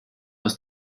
aus